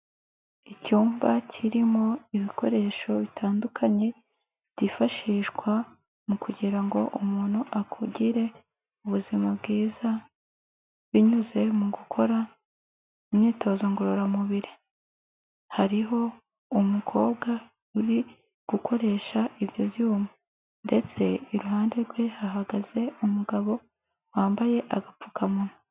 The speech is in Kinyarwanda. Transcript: Icyumba kirimo ibikoresho bitandukanye byifashishwa mu kugira ngo umuntu agire ubuzima bwiza, binyuze mu gukora imyitozo ngororamubiri, hariho umukobwa uri gukoresha ibyo byuma ndetse iruhande rwe hahagaze umugabo wambaye agapfukamunwa.